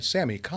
Sammy